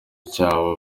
cyabo